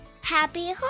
Happy